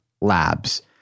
labs